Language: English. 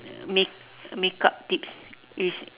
make~ makeup tips is